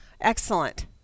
excellent